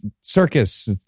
circus